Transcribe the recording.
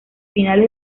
finales